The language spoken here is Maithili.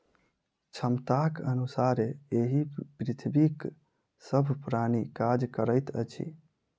क्षमताक अनुसारे एहि पृथ्वीक सभ प्राणी काज करैत अछि